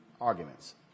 arguments